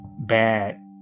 bad